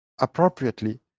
appropriately